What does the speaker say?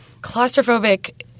claustrophobic